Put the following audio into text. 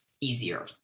easier